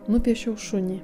nupiešiau šunį